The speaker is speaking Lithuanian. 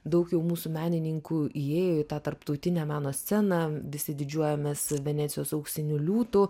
daug jau mūsų menininkų įėjo į tarptautinę meno sceną visi didžiuojamės venecijos auksiniu liūtu